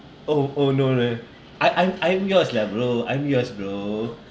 oh oh no leh I I'm I'm yours lah bro I'm yours bro